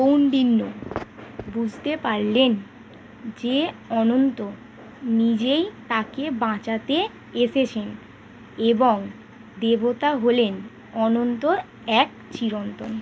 কৌণ্ডিন্য বুঝতে পারলেন যে অনন্ত নিজেই তাকে বাঁচাতে এসেছে এবং দেবতা হলেন অনন্ত এক চিরন্তন